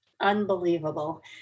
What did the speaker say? unbelievable